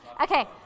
Okay